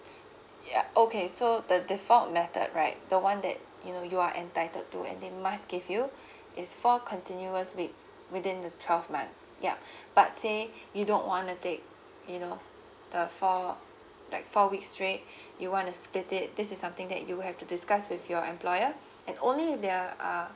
ya okay so the default method right the one that you know you are entitled to and they must give you is four continuous weeks within the twelve months yup but say you don't wanna take you know the four like four weeks straight you wanna spit it this is something that you would have to discuss with your employer and only if they're uh